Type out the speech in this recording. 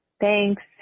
thanks